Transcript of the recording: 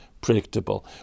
predictable